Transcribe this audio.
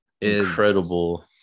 incredible